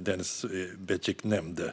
Denis Begic nämnde.